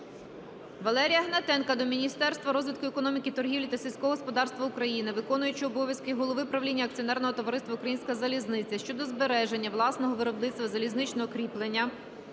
Валерія Гнатенка до Міністерства розвитку економіки, торгівлі та сільського господарства України, Виконуючого обов'язки голови правління Акціонерного товариства "Українська залізниця" щодо збереження власного виробництва залізничного кріплення